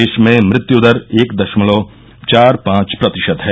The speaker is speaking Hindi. देश में मृत्यु दर एक दशमलव चार पांच प्रतिशत है